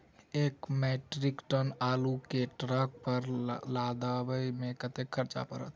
एक metric ton आलु केँ ट्रक पर लदाबै मे कतेक खर्च पड़त?